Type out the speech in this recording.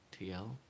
TL